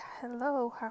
hello